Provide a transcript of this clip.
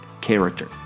character